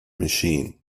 machine